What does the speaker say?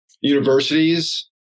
universities